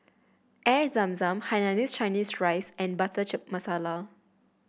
Air Zam Zam Hainanese Chicken Rice and butter chip masala